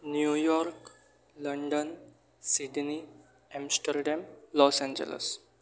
New York London Sydney Amsterdam Los Angeles